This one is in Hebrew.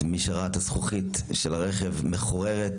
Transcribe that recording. מי שראה את הזכוכית של הרכב מחוררת